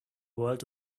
world